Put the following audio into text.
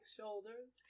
Shoulders